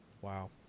Wow